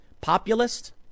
populist